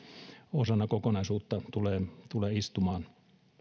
osana kokonaisuutta tulee tulee istumaan